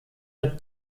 mit